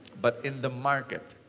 but in the market,